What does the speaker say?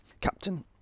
Captain